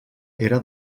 era